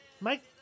Mike